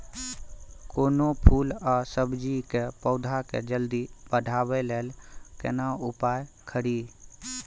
कोनो फूल आ सब्जी के पौधा के जल्दी बढ़ाबै लेल केना उपाय खरी?